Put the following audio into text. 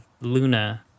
Luna